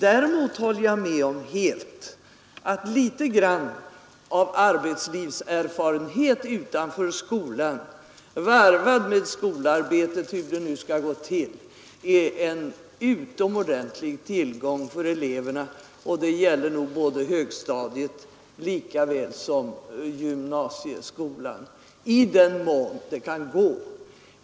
Däremot håller jag helt med om att litet grand av arbetslivserfarenhet utanför skolan, varvad med skolarbetet, hur det nu skall gå till, är en utomordentlig tillgång för eleverna, och det gäller nog högstadiet likaväl som gymnasieskolan.